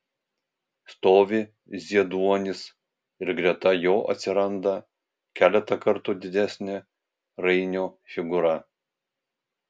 stovi zieduonis ir greta jo atsiranda keletą kartų didesnė rainio figūra